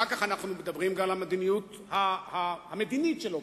אחר כך מדברים על המדיניות המדינית שלו,